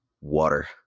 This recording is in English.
water